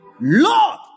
Lord